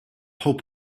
hope